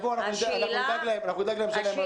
שיבואו, אנחנו נדאג שיהיה להם מה להוסיף.